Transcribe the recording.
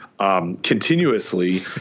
Continuously